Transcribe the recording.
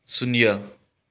ꯁꯨꯅ꯭ꯌ